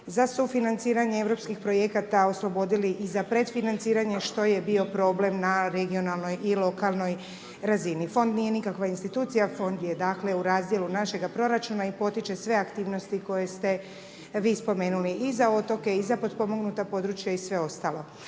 za sufinanciranje europskih projekata, oslobodili i za predfinanciranje što je bio problem na regionalnoj i lokalnoj razini. Fond nije nikakva institucija, fond je dakle u razdjelu našega proračuna i potiče sve aktivnosti koje ste vi spomenuli. I za otoke i za potpomognuta područja i sve ostalo.